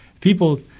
People –